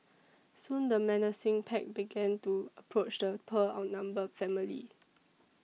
soon the menacing pack began to approach the poor outnumbered family